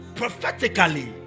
prophetically